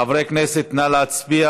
חברי הכנסת, נא להצביע